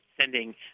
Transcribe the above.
sending